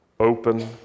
Open